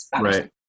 Right